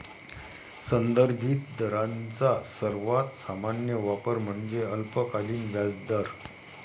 संदर्भित दरांचा सर्वात सामान्य वापर म्हणजे अल्पकालीन व्याजदर